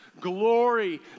glory